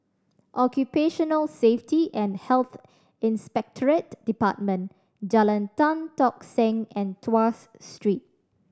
Occupational Safety and Health Inspectorate Department Jalan Tan Tock Seng and Tuas Street